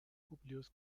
publius